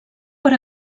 per